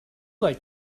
like